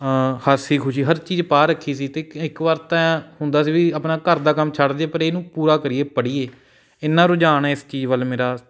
ਹਾਸੀ ਖੁਸ਼ੀ ਹਰ ਚੀਜ਼ ਪਾ ਰੱਖੀ ਸੀ ਅਤੇ ਇੱਕ ਵਾਰ ਤਾਂ ਐਂ ਹੁੰਦਾ ਸੀ ਵੀ ਆਪਣਾ ਘਰ ਦਾ ਕੰਮ ਛੱਡ ਦਈਏ ਪਰ ਇਹਨੂੰ ਪੂਰਾ ਕਰੀਏ ਪੜ੍ਹੀਏ ਇੰਨਾਂ ਰੁਝਾਨ ਹੈ ਇਸ ਚੀਜ਼ ਵੱਲ ਮੇਰਾ